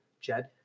Jed